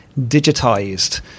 digitized